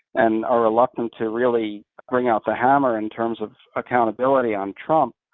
and are reluctant to really bring out the hammer in terms of accountability on trump.